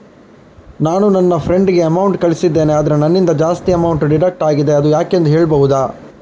ನಾನು ನನ್ನ ಫ್ರೆಂಡ್ ಗೆ ಅಮೌಂಟ್ ಕಳ್ಸಿದ್ದೇನೆ ಆದ್ರೆ ನನ್ನಿಂದ ಜಾಸ್ತಿ ಅಮೌಂಟ್ ಡಿಡಕ್ಟ್ ಆಗಿದೆ ಅದು ಯಾಕೆಂದು ಹೇಳ್ಬಹುದಾ?